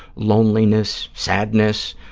loneliness, sadness,